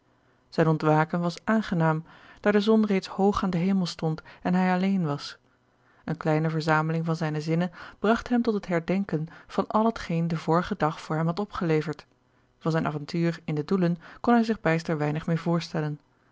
zijn ontwaken was aangenaam daar de zon reeds hoog aan den hemel stond en hij alleen was eene kleine verzameling van zijne zinnen bragt hem tot het herdenken van al hetgeen de vorige dag voor hem had opgeleverd van zijn avontuur in den doelen kon hij zich bijster weinig meer voorstellen